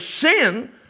sin